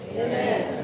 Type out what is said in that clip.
Amen